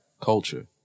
culture